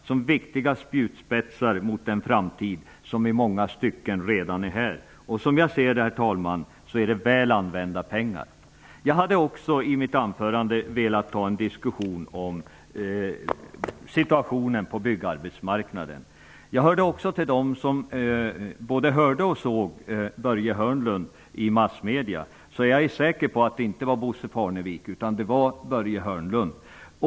De är viktiga spjutspetsar mot den framtid som i många stycken redan är här. Som jag ser det, herr talman, är det väl använda pengar. Jag hade också i mitt anförande velat ta upp en diskussion om situationen på byggarbetsmarknaden. Jag är också en av dem som både hörde och såg Börje Hörnlund i massmedierna. Jag är säker på att det inte var Bosse Parnevik; det var Börje Hörnlund.